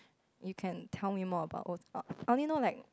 you can tell me more about old I only know like